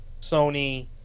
Sony